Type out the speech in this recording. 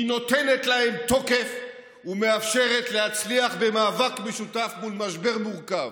היא נותנת להן תוקף ומאפשרת להצליח במאבק משותף מול משבר מורכב.